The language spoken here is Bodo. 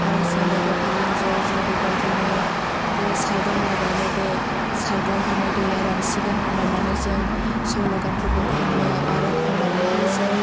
आरो जों लोगोफोरजों ज' ज' बे बायदिनो दे सारद' माबार लोगो सारद' हनै दैआ रानसिगोन होनलायनानै जों सल' गानफोरखौ खनो आरो खनानैहाय जों